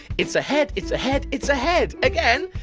it's a head. it's a head. it's a head. again.